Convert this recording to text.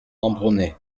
ambronay